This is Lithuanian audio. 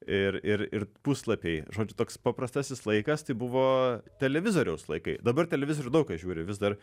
ir ir ir puslapiai žodžiu toks paprastasis laikas tai buvo televizoriaus laikai dabar televizorių daug kas žiūri vis dar